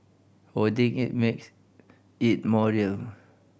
holding it makes it more real